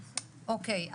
אוקי,